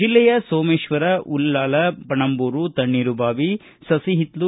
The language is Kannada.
ಜಿಲ್ಲೆಯ ಸೋಮೇಶ್ವರ ಉಳ್ಳಾಲ ಪಣಂಬೂರು ತಣ್ಣೇರುಬಾವಿ ಸುಹಿತ್ಲು